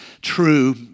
true